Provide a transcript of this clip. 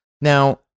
Now